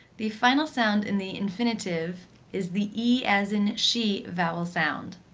the final sound in the infinitive is the ee as in she vowel sound.